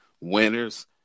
winners